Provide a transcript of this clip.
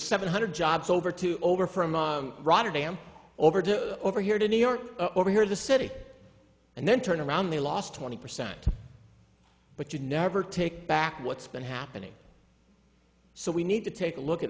seven hundred jobs over to over from rotterdam over to over here to new york over here in the city and then turn around the last twenty percent but you never take back what's been happening so we need to take a look at